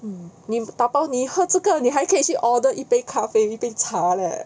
mm 你有打包你喝这个你还可以去 order 一杯咖啡一杯茶 leh